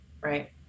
right